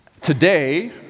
Today